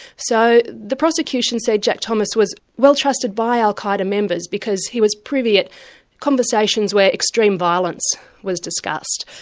so the prosecution said jack thomas was well trusted by al-qa'eda members because he was privy at conversations where extreme violence was discussed.